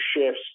shifts